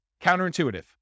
Counterintuitive